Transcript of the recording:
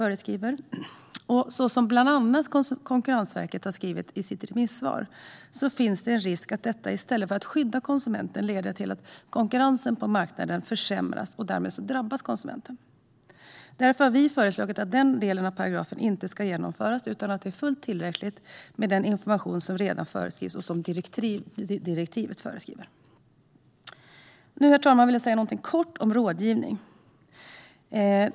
Som Konkurrensverket, bland andra, har skrivit i sitt remissvar finns en risk att detta i stället för att skydda konsumenten leder till att konkurrensen på marknaden försämras, vilket i sin tur drabbar konsumenten. Därför har vi föreslagit att den delen av paragrafen inte ska genomföras. Det är fullt tillräckligt med den information som redan föreskrivs och som direktivet föreskriver. Nu, herr talman, vill jag säga något kort om rådgivning.